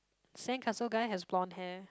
sand castle guy has bronze hair